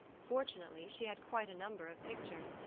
fortunately she had quite a number of pictures,